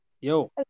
Yo